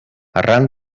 arran